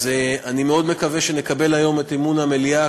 אז אני מאוד מקווה שנקבל היום את אמון המליאה,